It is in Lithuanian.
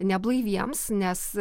neblaiviems nes